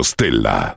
Stella